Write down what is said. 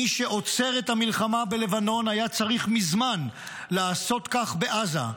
מי שעוצר את המלחמה בלבנון היה צריך מזמן לעשות כך בעזה.